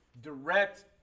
direct